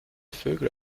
vögel